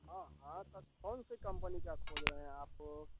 हाँ हाँ तो कौनसी कम्पनी का खोज रहे हैं आप